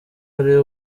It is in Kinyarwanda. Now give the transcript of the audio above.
ari